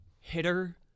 hitter